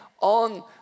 on